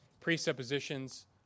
presuppositions